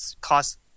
cost